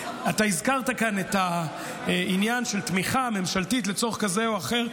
הזכרת כאן את העניין של תמיכה ממשלתית לצורך כזה או אחר.